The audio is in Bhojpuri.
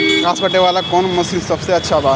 घास काटे वाला कौन मशीन सबसे अच्छा बा?